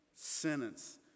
sentence